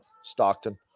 Stockton